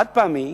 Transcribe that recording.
חד-פעמי,